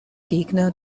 gegner